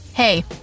Hey